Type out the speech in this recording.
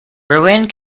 berlin